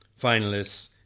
finalists